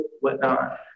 whatnot